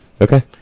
Okay